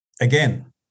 again